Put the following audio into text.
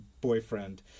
boyfriend